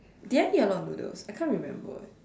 did I eat a lot of noodles I can't remember eh